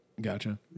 gotcha